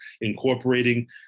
incorporating